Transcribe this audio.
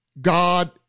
God